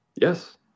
Yes